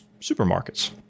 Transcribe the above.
supermarkets